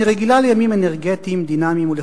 אני רגילה לימים אנרגטיים, דינמיים ולחוצים.